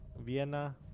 Vienna